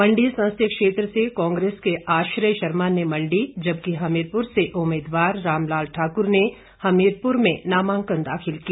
मंडी संसदीय क्षेत्र से कांग्रेस के आश्रय शर्मा ने मंडी जबकि हमीरपुर से उम्मीदवार रामलाल ठाकुर ने हमीरपुर में नामांकन दाखिल किया